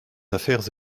affaires